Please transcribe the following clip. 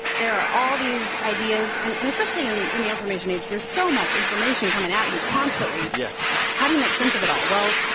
there are all these ideas and and especially in in the information age, there's so much information coming at you constantly yeah how do you make sense of it all? well,